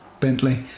Bentley